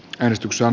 edistyksen